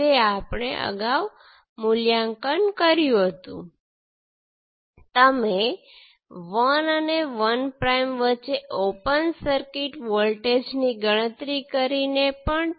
તેથી હું ઝડપથી આ વિશ્લેષણમાંથી પસાર થઈશ કારણ કે સર્કિટ વિશ્લેષણ હવે તમારા માટે પરિચિત છે